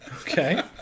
Okay